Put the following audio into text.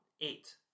eight